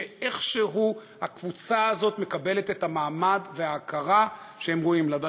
שאיכשהו הקבוצה הזאת מקבלת את המעמד וההכרה שהם ראויים לה.